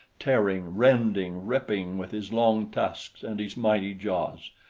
tearing, rending, ripping with his long tusks and his mighty jaws.